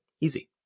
Easy